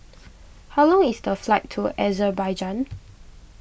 how long is the flight to a Azerbaijan